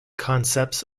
concepts